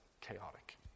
chaotic